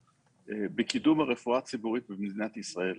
בקידום הרפואה הציבורית במדינת ישראל,